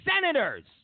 senators